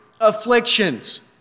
afflictions